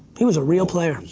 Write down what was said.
he was a real player.